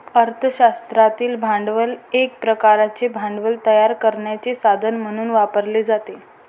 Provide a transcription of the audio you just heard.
अर्थ शास्त्रातील भांडवल एक प्रकारचे भांडवल तयार करण्याचे साधन म्हणून वापरले जाते